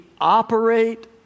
operate